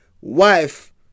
Wife